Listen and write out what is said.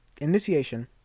Initiation